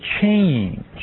change